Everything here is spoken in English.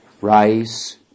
rice